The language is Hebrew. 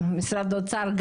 האוצר.